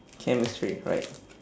chemistry right